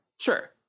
sure